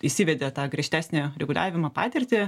įsivedė tą griežtesnio reguliavimo patirtį